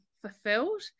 fulfilled